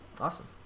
Awesome